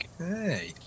Okay